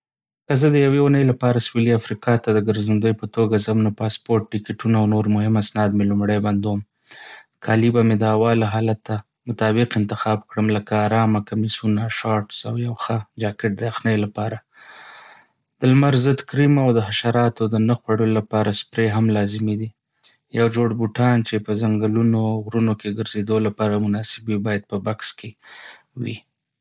که زه د یوې اونۍ لپاره سویلي افریقا ته د ګرځندوی په توګه ځم، نو پاسپورټ، ټکټونه او نور مهم اسناد مې لومړی بندوم. کالي به مې د هوا له حالته مطابق انتخاب کړم، لکه آرامه کمیسونه، شارټس، او یو ښه جاکټ د یخنۍ لپاره. د لمر ضد کريم او د حشراتو د نه خوړلو لپاره سپرې هم لازمي دي. یو جوړ بوټان چې په ځنګلونو او غرونو کې ګرځېدو لپاره مناسب وي، باید په بکس کې وي.